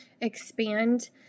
expand